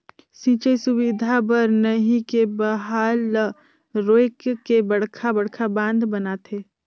सिंचई सुबिधा बर नही के बहाल ल रोयक के बड़खा बड़खा बांध बनाथे